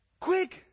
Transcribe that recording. quick